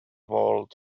world